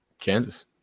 Kansas